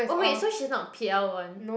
oh wait so she's not p_l one